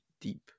deep